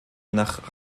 nach